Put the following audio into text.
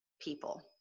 people